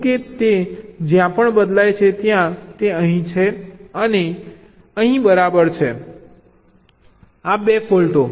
તો જી 1 જુઓ જુઓ કે તે જ્યાં પણ બદલાય છે ત્યાં તે અહીં છે અને અહીં બરાબર છે આ 2 ફોલ્ટો